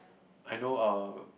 I know uh